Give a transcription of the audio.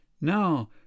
now